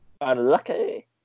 Unlucky